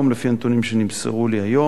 לפי הנתונים שנמסרו לי היום,